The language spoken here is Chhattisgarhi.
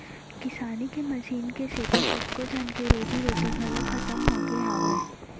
किसानी के मसीन के सेती कतको झन के रोजी रोटी घलौ खतम होगे हावय